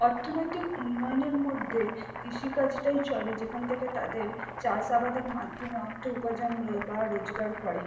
অর্থনৈতিক উন্নয়নের মধ্যে কৃষিকাজটাই চলে যেখান থেকে তাদের চাষাবাদের মাধ্যমে অর্থ উপার্জন রো বা রোজগার করে